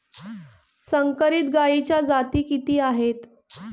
संकरित गायीच्या जाती किती आहेत?